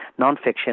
nonfiction